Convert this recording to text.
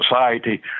society